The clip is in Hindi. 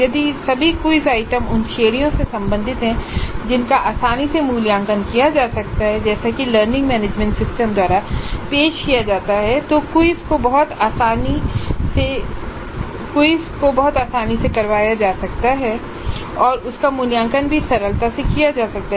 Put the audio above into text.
यदि सभी क्विज़ आइटम उन श्रेणियों से संबंधित हैं जिनका आसानी से मूल्यांकन किया जा सकता है जैसा कि लर्निंग मैनेजमेंट सिस्टम द्वारा पेश किया जाता है तो क्विज़ को बहुत आसानी से करवाई जा सकती है और उसका मूल्यांकन भी सरलता से किया जा सकता है